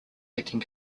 acting